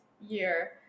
year